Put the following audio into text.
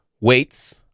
weights